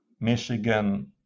michigan